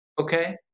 Okay